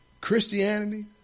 Christianity